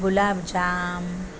गुलाबजाम